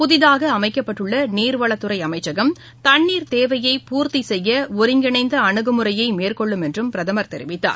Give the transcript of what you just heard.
புதிதாக அமைக்கப்பட்டுள்ள நீர்வளத்துறை அமைச்சகம் தண்ணீர் தேவையை பூர்த்தி செய்ய ஒருங்கிணைந்த அனுகுமுறை மேற்கொள்ளும் என்றும் பிரதமர் தெரிவித்தார்